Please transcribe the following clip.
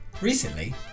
Recently